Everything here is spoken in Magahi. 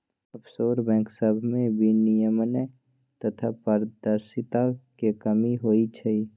आफशोर बैंक सभमें विनियमन तथा पारदर्शिता के कमी होइ छइ